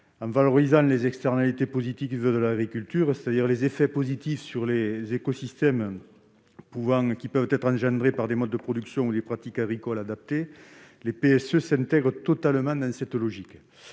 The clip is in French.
En valorisant les externalités positives de l'agriculture, c'est-à-dire les effets positifs, sur les écosystèmes, des modes de production ou des pratiques agricoles adaptés, les PSE s'intègrent totalement dans cette logique.